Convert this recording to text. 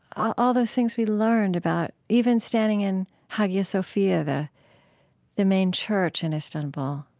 all those things we learned about even standing in hagia sophia, the the main church in istanbul,